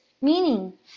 meaning